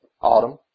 autumn